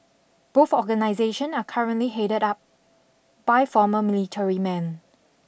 both organisation are currently headed up by former military men